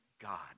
God